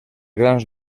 grans